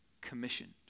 commissioned